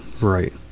right